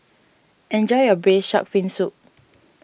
enjoy your Braised Shark Fin Soup